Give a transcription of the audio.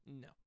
No